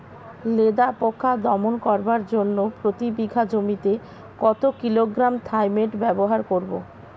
লেদা পোকা দমন করার জন্য প্রতি বিঘা জমিতে কত কিলোগ্রাম থাইমেট ব্যবহার করব?